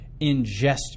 ingest